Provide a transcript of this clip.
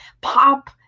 pop